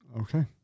Okay